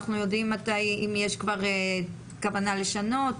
אנחנו יודעים אם יש כבר כוונה לשנות?